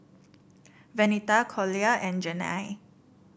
Venita Collier and Janae